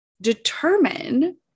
determine